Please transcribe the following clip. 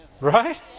Right